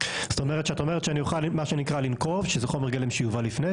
אני אומרת: למדינת ישראל מוצרים שיוכלו לעמוד בדין הישן,